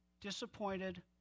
disappointed